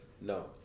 No